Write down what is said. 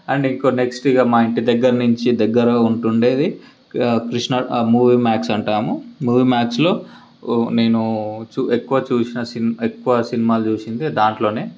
and ఇంకోటి next ఇక మా ఇంటి దగ్గర నుంచి దగ్గర ఉంటుండేది కృష్ణ మూవీ మాక్స్ అంటాము మూవీ మ్యాక్స్లో నేను ఎక్కువ చూసిన సినిమా ఎక్కువ సినిమాలు చూసింది దాంట్లోనే